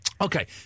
Okay